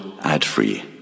ad-free